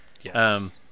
Yes